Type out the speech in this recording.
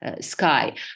sky